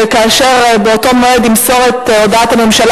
כאשר באותו מועד ימסור את הודעת הממשלה